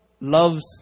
love's